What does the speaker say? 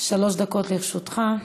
שלוש דקות לרשותך.